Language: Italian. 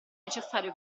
necessario